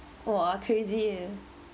!wah! crazy eh